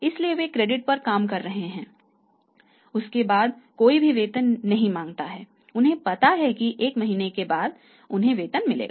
इसलिए वे क्रेडिट पर काम कर रहे हैं दिन 1 उसके बाद कोई भी वेतन नहीं मांगता है उन्हें पता है कि एक महीने के बाद उन्हें वेतन मिलेगा